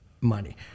money